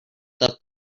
that